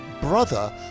brother